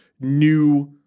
new